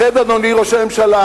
לכן, אדוני ראש הממשלה,